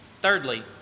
Thirdly